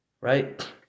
Right